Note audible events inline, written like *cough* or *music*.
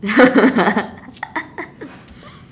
*laughs*